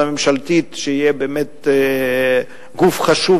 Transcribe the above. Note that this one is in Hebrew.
הגוף החשוב